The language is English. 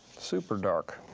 super dark,